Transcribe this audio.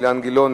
אילן גילאון,